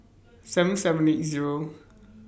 seven seven eight Zero